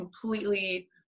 completely